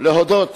להודות